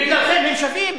הם שווים?